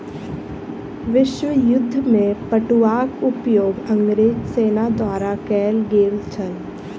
विश्व युद्ध में पटुआक उपयोग अंग्रेज सेना द्वारा कयल गेल छल